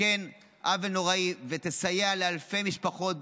תקן עוול נוראי ותסייע לאלפי משפחות,